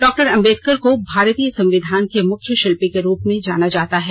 doctor Ambedkar को भारतीय संविधान के मुख्या शिल्पी के रूप में जाना जाता है